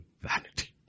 vanity